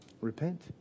Repent